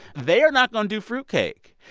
they are not going to do fruitcake.